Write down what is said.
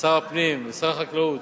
שר הפנים ושר החקלאות,